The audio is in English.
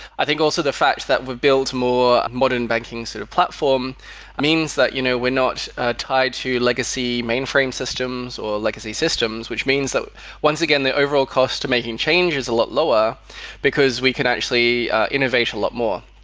i think also the fact that we've built more modern banking sort of platform means that you know we're not ah tied to legacy mainframe systems or legacy systems, which means that once again the overall cost of making change is a lot lower because we can actually innovate a lot more.